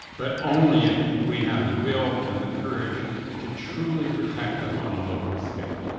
but only if we have the will and the courage to truly protect them on a local scale.